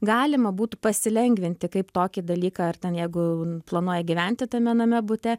galima būtų pasilengvinti kaip tokį dalyką ar ten jeigu planuoji gyventi tame name bute